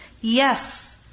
Yes